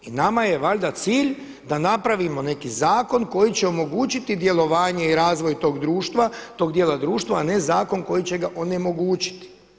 I nama je valjda cilj da napravimo neki zakon koji će omogućiti djelovanje i razvoj tog društva, tog dijela društva a ne zakon koji će ga onemogućiti.